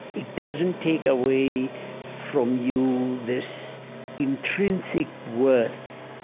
it doesn't take away from you this intrinsic worth.